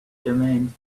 domain